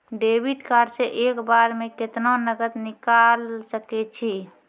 Debit card से एक बार मे केतना नगद निकाल सके छी?